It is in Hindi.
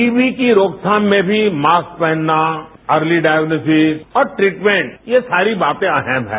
टीबी की रोकथाम में भी मास्क पहनना अर्ली डाइग्नॉसिस और ट्रीटमेंट ये सारी बातें अहम हैं